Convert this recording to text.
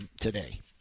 today